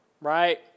right